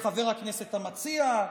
לחבר הכנסת המציע,